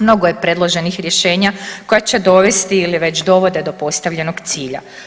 Mnogo je predloženih rješenja koja će dovesti ili već dovode do postavljenog cilja.